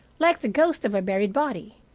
like the ghost of a buried body,